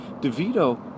DeVito